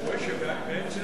ומוסדות כספיים)